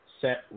set